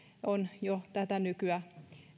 on jo tätä nykyä